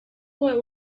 boy